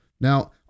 Now